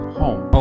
home